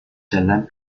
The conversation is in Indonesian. jalan